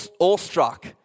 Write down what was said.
awestruck